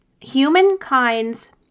humankind's